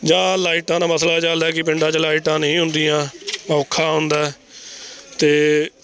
ਜਾਂ ਲਾਈਟਾਂ ਦਾ ਮਸਲਾ ਚਲਦਾ ਹੈ ਕਿ ਪਿੰਡਾਂ 'ਚ ਲਾਈਟਾਂ ਨਹੀਂ ਹੁੰਦੀਆਂ ਔਖਾ ਹੁੰਦਾ ਹੈ ਅਤੇ